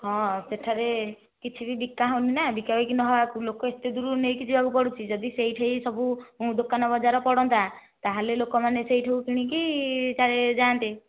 ହଁ ସେଠାରେ କିଛି ବି ବିକା ହେଉନି ନା ବିକା ହୋଇକି ନେବାକୁ ଲୋକମାନଙ୍କୁ ଏତେ ଦୂରରୁ ନେବାକୁ ପଡ଼ୁଛି ଯଦି ସେହିଠି ସବୁ ଦୋକାନ ବଜାର ପଡ଼ନ୍ତା ତାହେଲେ ଲୋକମାନେ ସେହିଠୁ କିଣିକି ଚା ରି ଯାଆନ୍ତେ